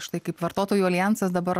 štai kaip vartotojų aljansas dabar